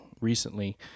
recently